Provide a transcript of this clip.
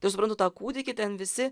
tai aš suprantu tą kūdikį ten visi